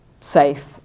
safe